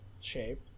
shape